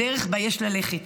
הדרך שבה יש ללכת,